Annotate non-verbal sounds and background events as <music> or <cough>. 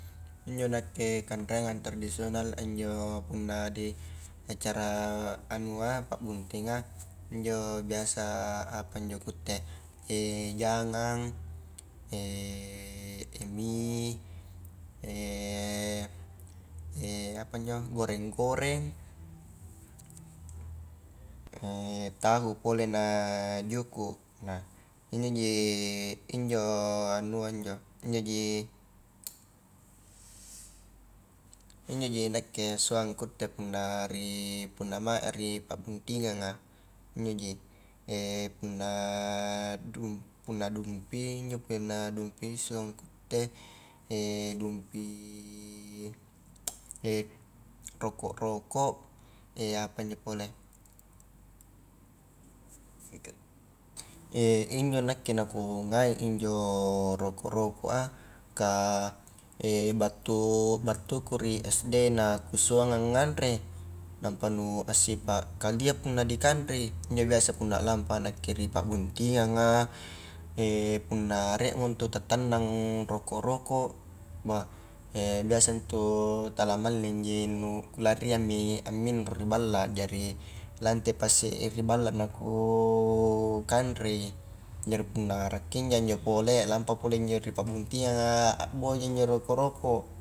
Injo nakke kanreanga tradisional a injo punna di acara anua pa buntinga injo biasa apa injo kuitte <hesitation> jagang, <hesitation> mie <hesitation> apa injo <hesitation> goreng-goreng, <hesitation> tahu pole <hesitation> na juku, nah injo ji injo anua injo injoji <hesitation> injoji nakke suang kutte punna ri punna mae a ri pa'buntinganga injoji, <hesitation> punna dumpi, injo punna dumpi suang kuitte, <hesitation> dumpi, <hesitation> roko'-roko' <hesitation> apa injo pole, <hesitation> injo nakke na ku ngai injo roko'-roko' a ka <hesitation> battu-battu ku ri sd nah kusuang anganre, nampa nu assipa kalia punna dikanrei, injo biasa punna lampa a nakke ri pa buntinganga, <hesitation> punna rie mo intu ta tannang roko'-roko' bah <hesitation> biasa intu tala mallingji nu kulariangmi aminro ri balla jari lante pasi ri balla na ku kanrei jari punna arakki ija injo pole lampa pole injo ri pa buntinganga a boja injo roko'-roko'.